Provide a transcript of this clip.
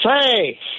say